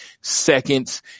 seconds